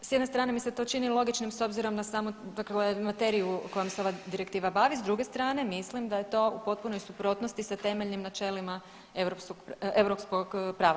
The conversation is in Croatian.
S jedne strane mi se to čini logičnim s obzirom na samu materiju kojom se ova Direktiva bavi, s druge strane, mislim da je to u potpunoj suprotnosti s temeljnim načelima europskog prava.